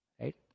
Right